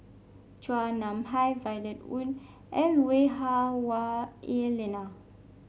Chua Nam Hai Violet Oon and Lui Hah Wah Elena